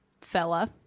fella